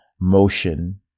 motion